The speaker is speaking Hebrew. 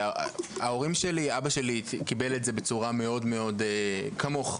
אבא שלי קיבל את זה בצורה בדיוק כמוך,